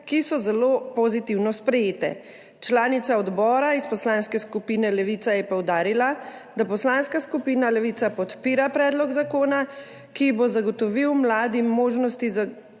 ki so zelo pozitivno sprejete. Članica odbora iz Poslanske skupine Levica je poudarila, da Poslanska skupina Levica podpira predlog zakona, ki bo zagotovil mladim možnosti